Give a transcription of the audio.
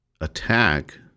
attack